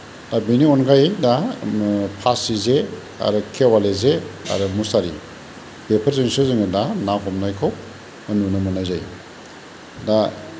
दा बेनि अनगायै दा फासि जे आरो खेवालि जे आरो मुसारि बेफोरजोंसो जोङो दा ना हमनायखौ नुनो मोननाय जायो दा